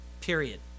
Period